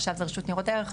עכשיו זה רשות ניירות ערך.